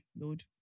Lord